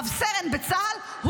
רב-סרן בצה"ל,